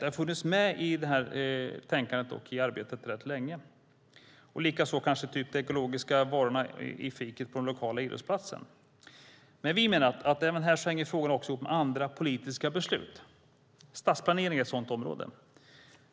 De har funnits med i tänkandet och i arbetet rätt länge, likaså de ekologiska varorna i fiket på den lokala idrottsplatsen. Vi menar att frågorna även här hänger ihop med andra politiska beslut. Stadsplanering är ett sådant område.